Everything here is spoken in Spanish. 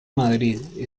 madrid